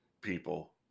people